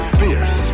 fierce